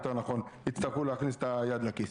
יותר נכון הצטרכו להכניס את היד לכיס.